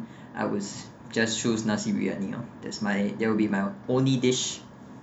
I was just choose nasi briyani lor that's that'll be my only dish